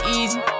easy